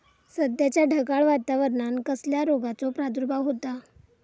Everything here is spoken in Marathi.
सध्याच्या ढगाळ वातावरणान कसल्या रोगाचो प्रादुर्भाव होता?